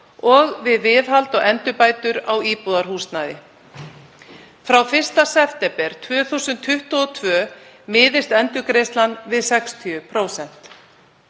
og við viðhald og endurbætur á íbúðarhúsnæði. Frá 1. september 2022 miðist endurgreiðslan við 60%.